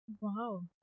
Wow